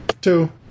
Two